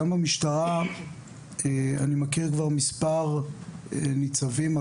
גם המשטרה אני מכיר כבר מספר ניצבים,